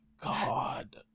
God